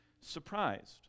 surprised